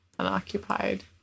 Unoccupied